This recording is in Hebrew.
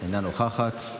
אינה נוכחת.